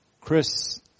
Chris